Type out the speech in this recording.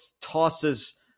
tosses